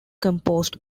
composed